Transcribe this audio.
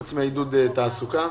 חוץ מעידוד תעסוקה.